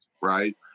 right